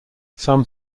some